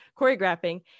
choreographing